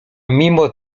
mimo